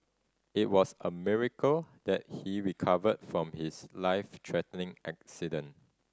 it was a miracle that he recovered from his life threatening accident